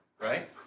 Right